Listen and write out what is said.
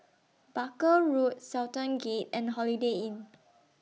Barker Road Sultan Gate and Holiday Inn